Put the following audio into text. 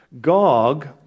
Gog